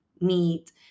meet